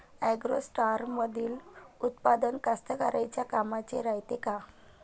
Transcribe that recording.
ॲग्रोस्टारमंदील उत्पादन कास्तकाराइच्या कामाचे रायते का?